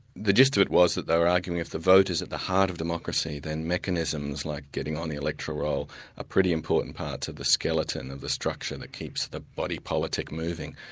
the gist of it was that they were arguing if the vote is at the heart of democracy, then mechanisms like getting on the electoral roll are pretty important parts of the skeleton of the structure that keeps the body politic moving.